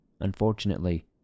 Unfortunately